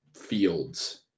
fields